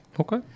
Okay